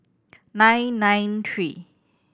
nine nine three